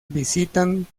visitan